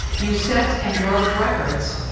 you set and broke records,